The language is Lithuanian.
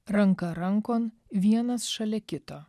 ranka rankon vienas šalia kito